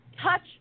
Touch